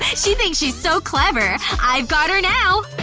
she thinks she's so clever! i've got her now!